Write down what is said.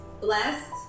blessed